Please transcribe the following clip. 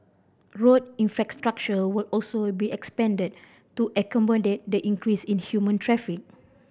road infrastructure will also be expanded to accommodate the increase in human traffic